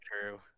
true